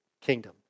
kingdom